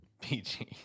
PG